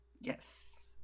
Yes